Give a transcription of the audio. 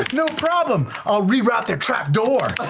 like no problem, i'll re-route the trapdoor.